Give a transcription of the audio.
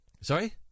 Sorry